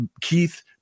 Keith